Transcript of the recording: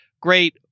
great